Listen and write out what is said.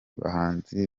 bahanzi